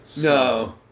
no